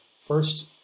first